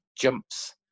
jumps